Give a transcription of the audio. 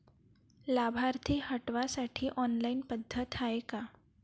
लाभार्थी हटवासाठी ऑनलाईन पद्धत हाय का?